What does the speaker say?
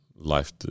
life